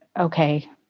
okay